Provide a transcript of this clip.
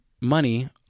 Money